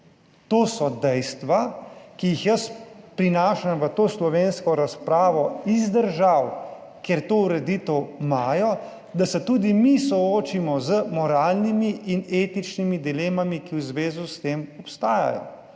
To so dejstva, ki jih jaz prinašam v to slovensko razpravo iz držav kjer to ureditev imajo, da se tudi mi soočimo z moralnimi in etičnimi dilemami, ki v zvezi s tem obstajajo.